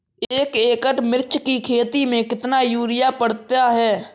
एक एकड़ मिर्च की खेती में कितना यूरिया पड़ता है?